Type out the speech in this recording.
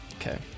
okay